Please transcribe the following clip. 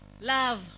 Love